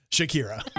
Shakira